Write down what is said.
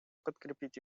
подкрепить